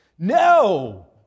No